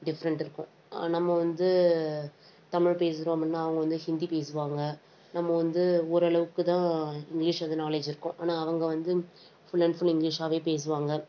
different இருக்கும் நம்ம வந்து தமிழ் பேசுகிறோம் அப்புடினா அவங்க வந்து ஹிந்தி பேசுவாங்க நம்ம வந்து ஓரளவுக்குதான் இங்கிலீஷ் வந்து நாலேஜ் இருக்கும் ஆனால் அவங்க வந்து ஃபுல் அண்ட் ஃபுல் இங்கிலீஷாகவே பேசுவாங்க